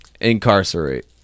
Incarcerate